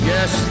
Yes